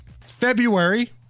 February